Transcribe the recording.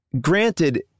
granted